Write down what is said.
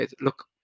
look